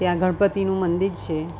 ત્યાં ગણપતિનું મંદિર છે